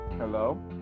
Hello